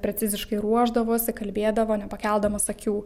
preciziškai ruošdavosi kalbėdavo nepakeldamas akių